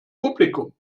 publikum